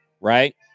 Right